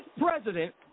president –